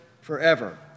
forever